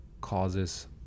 causes